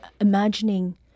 imagining